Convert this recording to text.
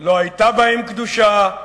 לא היתה בהם קדושה,